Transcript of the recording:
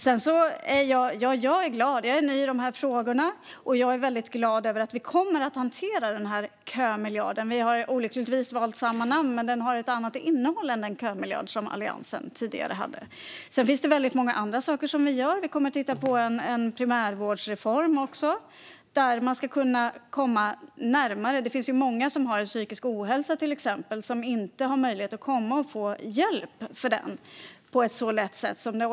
Jag är glad - jag är ny i dessa frågor, och jag är väldigt glad över att vi kommer att hantera den här kömiljarden. Vi har olyckligtvis valt samma namn, men den har ett annat innehåll än den kömiljard som Alliansen tidigare hade. Det finns även väldigt många andra saker som vi gör. Vi kommer att titta på en primärvårdsreform där man ska kunna komma närmare. Som det är organiserat i dag är det många som till exempel har psykisk ohälsa som inte har möjlighet att komma och få hjälp för den på ett lätt sätt.